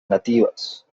nativas